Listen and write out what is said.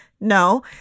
No